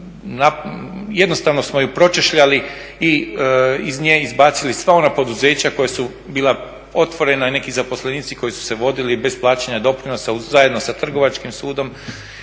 jednostavno smo ju pročešljali i iz nje izbacili sva ona poduzeća koja su bila otvorena i neki zaposlenici koji su se vodili bez plaćanja doprinosa zajedno sa trgovačkim sudom